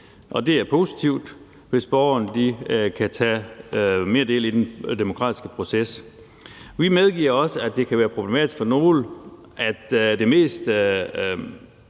Det er positivt, hvis borgerne kan tage mere del i den demokratiske proces. Vi medgiver også, at det kan være problematisk for nogle, at det mest